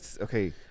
okay